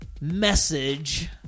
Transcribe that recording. message